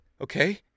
Okay